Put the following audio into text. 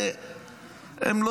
הם,